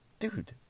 Dude